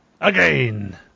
Again